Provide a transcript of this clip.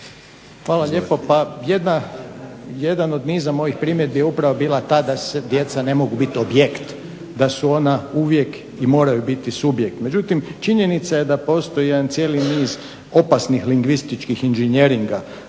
Hvala lijepo. Pa jedan on niza mojih primjedbi je upravo bila ta da djeca ne mogu biti objekt, da su ona uvijek i moraju biti subjekt. Međutim činjenica je da postoji jedan cijeli niz opasnih lingvističkih inženjeringa